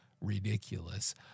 ridiculous